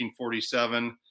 1947